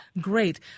great